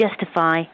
justify